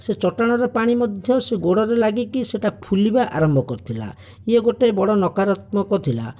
ସେ ଚଟାଣର ପାଣି ମଧ୍ୟ ସେ ଗୋଡ଼ରେ ଲାଗିକି ସେଇଟା ଫୁଲିବା ଆରମ୍ଭ କରୁଥିଲା ଇଏ ଗୋଟିଏ ବଡ଼ ନକରାତ୍ମକ ଥିଲା